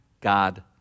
God